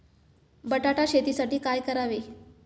बटाटा शेतीसाठी काय करावे?